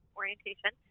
orientation